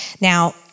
Now